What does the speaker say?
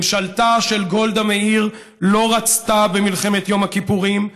ממשלתה של גולדה מאיר לא רצתה במלחמת יום הכיפורים,